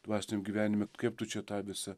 dvasiniam gyvenim kaip tu čią tą visą